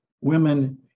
women